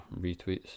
retweets